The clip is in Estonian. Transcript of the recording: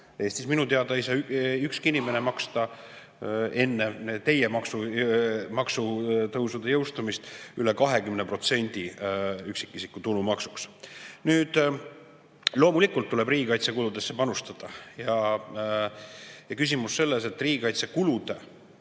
Eestis minu teada ei saa ükski inimene maksta enne teie maksutõusude jõustumist üle 20% üksikisiku tulumaksu. Loomulikult tuleb riigikaitsekuludesse panustada. Küsimus on selles, et riigikaitsekulude